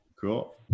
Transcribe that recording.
Cool